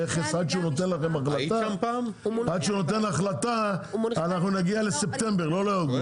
המכס עד שהוא נותן החלטה אנחנו נגיע לספטמבר לא לאוגוסט.